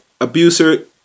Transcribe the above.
abuser